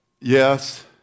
Yes